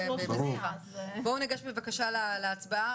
בואו ניגש בבקשה להצבעה.